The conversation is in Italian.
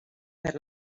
per